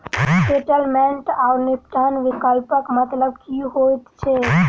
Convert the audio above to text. Settlement आओर निपटान विकल्पक मतलब की होइत छैक?